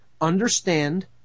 understand